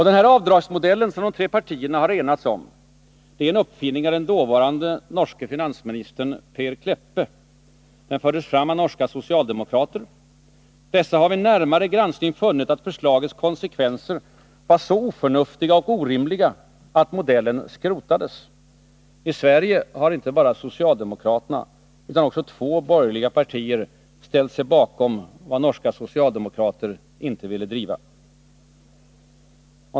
Den avdragsmodell som de tre partierna har enats om är en uppfinning av den dåvarande norske finansministern Per Kleppe. Den fördes fram av norska socialdemokrater. Dessa har vid närmare granskning funnit att förslagets konsekvenser var så oförnuftiga och orimliga att modellen skrotades. I Sverige har inte bara socialdemokraterna utan också två borgerliga partier ställt sig bakom vad norska socialdemokrater inte ville driva.